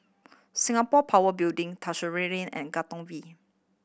Singapore Power Building Lane and Katong V